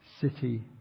city